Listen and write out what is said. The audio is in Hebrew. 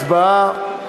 הצבעה.